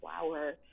flower